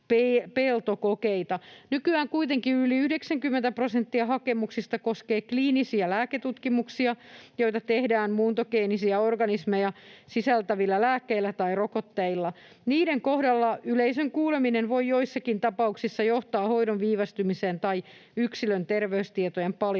Nykyään kuitenkin yli 90 prosenttia hakemuksista koskee kliinisiä lääketutkimuksia, joita tehdään muuntogeenisiä organismeja sisältävillä lääkkeillä tai rokotteilla. Niiden kohdalla yleisön kuuleminen voi joissakin tapauksissa johtaa hoidon viivästymiseen tai yksilön terveystietojen paljastumiseen.